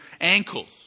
ankles